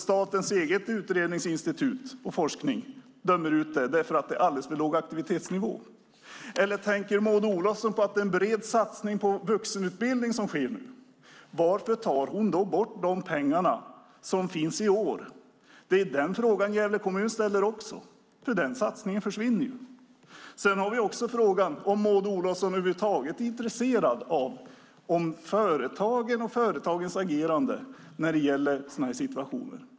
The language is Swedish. Statens eget utredningsinstitut och forskningen dömer ju ut det eftersom aktivitetsnivån är alldeles för låg. Eller tänker Maud Olofsson på att det nu sker en bred satsning på vuxenutbildning? Varför tar hon då bort pengarna som finns för i år? Det är den frågan Gävle kommun också ställer. Den satsningen försvinner nämligen. Sedan har vi frågan om Maud Olofsson över huvud taget är intresserad av företagen och företagens agerande i sådana här situationer.